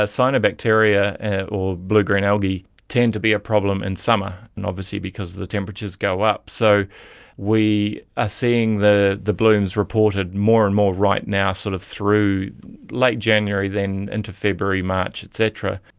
ah cyanobacteria or blue-green algae tend to be a problem in summer, and obviously because the temperatures go up. so we are ah seeing the the blooms reported more and more right now sort of through late january, then into february, march et cetera.